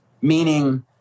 meaning